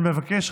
אני מבקש,